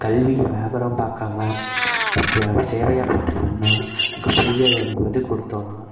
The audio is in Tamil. கல்வியை வியாபாரம் பார்க்காம பிய சேவையாக பார்த்து பண்ணால் இங்கே ஃப்ரீயாக இங்கே இதுக்கு கொடுத்தோன்னா